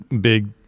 big